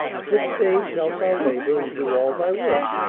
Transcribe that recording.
six days shalt thou labor, and do all thy work,